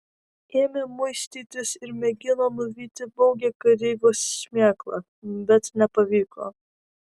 ėmė muistytis ir mėgino nuvyti baugią kareivio šmėklą bet nepavyko